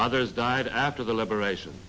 others died after the liberation